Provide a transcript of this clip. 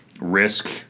risk